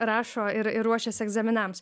rašo ir ir ruošiasi egzaminams